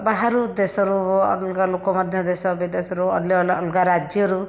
ବାହାରୁ ଦେଶରୁ ଅଲଗା ଲୋକ ମଧ୍ୟ ଦେଶ ବିଦେଶରୁ ଅନ୍ୟ ଅଲଗା ରାଜ୍ୟରୁ